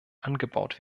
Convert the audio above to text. angebaut